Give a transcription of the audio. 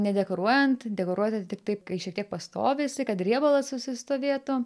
nedekoruojant dekoruoti tai tiktai kai šitiek pastovi jisai kad riebalas susistovėtų